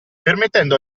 permettendo